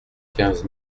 quinze